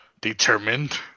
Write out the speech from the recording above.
Determined